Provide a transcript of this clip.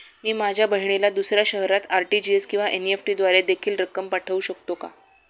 मी माझ्या बहिणीला दुसऱ्या शहरात आर.टी.जी.एस किंवा एन.इ.एफ.टी द्वारे देखील रक्कम पाठवू शकतो का?